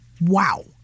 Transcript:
Wow